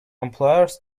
employers